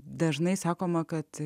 dažnai sakoma kad